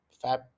fab